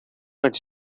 its